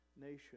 nation